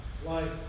Life